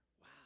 Wow